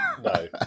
No